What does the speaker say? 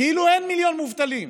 כאילו אין מיליון מובטלים.